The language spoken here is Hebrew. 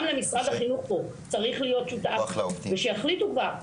גם משרד החינוך פה צריך להיות שותף ושיחליטו כבר,